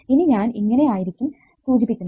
ഇനി ഞാൻ ഇങ്ങനെ ആയിരിക്കും സൂചിപ്പിക്കുന്നത്